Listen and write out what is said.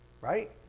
right